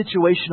situational